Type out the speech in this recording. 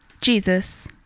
Jesus